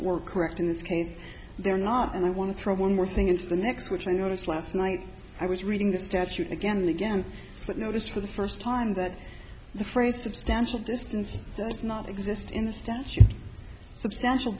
weren't correct in this case they're not and i want to throw one more thing into the next which i noticed last night i was reading the statute again and again but notice for the first time that the phrase substantial distance does not exist in the statute substantial